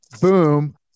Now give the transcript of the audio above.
boom